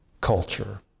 culture